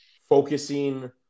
focusing